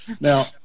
Now